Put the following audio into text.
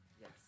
Yes